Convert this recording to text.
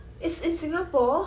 it's in singapore